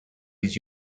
did